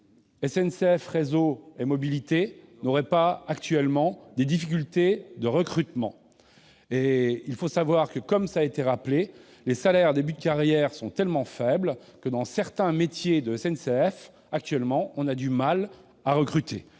SNCF Réseau et SNCF Mobilités n'auraient pas actuellement des difficultés de recrutement. Il faut savoir que, comme cela a été rappelé, les salaires de début de carrière sont tellement faibles que, pour certains métiers de la SNCF, on a aujourd'hui du mal à recruter,